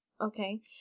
Okay